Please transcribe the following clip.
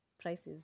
prices